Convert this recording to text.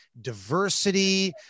diversity